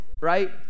Right